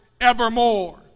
evermore